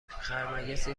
خرمگسی